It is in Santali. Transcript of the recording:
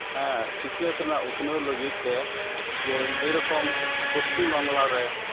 ᱦᱮᱸ ᱥᱤᱠᱷᱱᱟᱹᱛ ᱨᱮᱱᱟᱜ ᱩᱛᱱᱟᱹᱣ ᱞᱟᱹᱜᱤᱫ ᱛᱮ ᱡᱮ ᱡᱮᱨᱚᱠᱚᱢ ᱯᱚᱥᱪᱤᱢ ᱵᱟᱝᱞᱟ ᱨᱮ